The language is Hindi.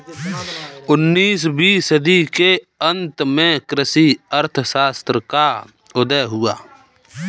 उन्नीस वीं सदी के अंत में कृषि अर्थशास्त्र का उदय हुआ